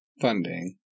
funding